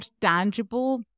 tangible